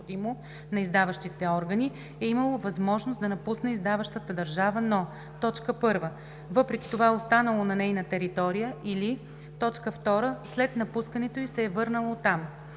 на издаващите органи, е имало възможност да напусне издаващата държава, но: 1. въпреки това е останало на нейна територия, или 2. след напускането й се е върнало там.